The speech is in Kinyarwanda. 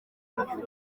bavuga